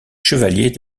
chevalier